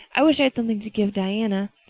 i wish i had something to give diana.